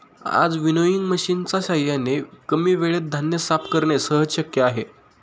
आज विनोइंग मशिनच्या साहाय्याने कमी वेळेत धान्य साफ करणे सहज शक्य आहे